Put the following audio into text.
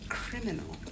criminal